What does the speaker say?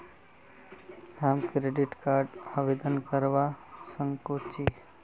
हम credit card आवेदन करवा संकोची?